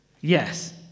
Yes